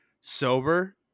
sober